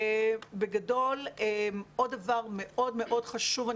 בגדול עוד דבר מאוד מאוד חשוב,